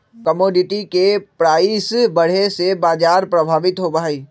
commodity के price बढ़े से बाजार प्रभावित होबा हई